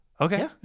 okay